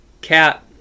Cat